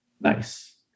nice